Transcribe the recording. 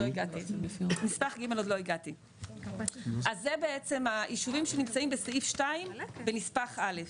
אז זה בעצם הישובים שנמצאים בסעיף 2 בנספח א'.